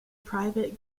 private